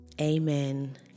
Amen